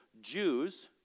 Jews